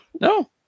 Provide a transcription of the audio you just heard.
No